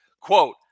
Quote